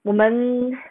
我们